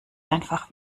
einfach